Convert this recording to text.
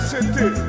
City